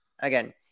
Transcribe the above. again